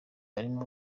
harimo